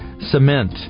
cement